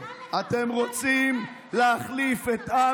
ענה